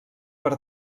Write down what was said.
per